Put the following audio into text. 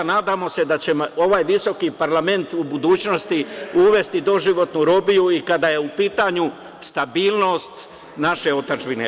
Nadamo se da ćemo ovaj visoki parlament u budućnosti uvesti doživotnu robiju i kada je u pitanju stabilnost naše otadžbine.